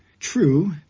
True